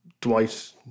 Dwight